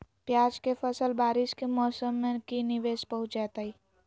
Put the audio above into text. प्याज के फसल बारिस के मौसम में की निवेस पहुचैताई?